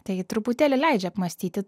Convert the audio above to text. tai truputėlį leidžia apmąstyti